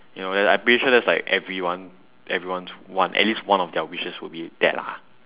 you know that I'm pretty sure that's like everyone everyone's one at least one of their wishes would be that lah